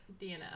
DNF